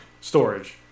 storage